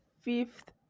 fifth